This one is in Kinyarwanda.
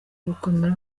gukomera